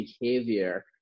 behavior